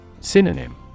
Synonym